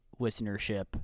listenership